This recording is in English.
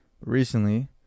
Recently